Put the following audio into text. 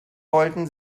wollten